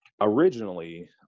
originally